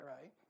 right